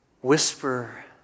whisper